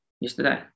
Yesterday